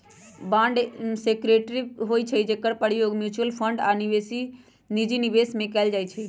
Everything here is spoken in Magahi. बांड सिक्योरिटी होइ छइ जेकर प्रयोग म्यूच्यूअल फंड आऽ निजी निवेश में कएल जाइ छइ